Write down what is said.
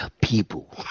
people